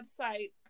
website